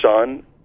son